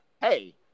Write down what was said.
Hey